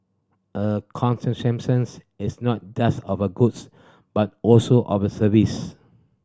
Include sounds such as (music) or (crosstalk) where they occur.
a (unintelligible) is not just of a goods but also of a service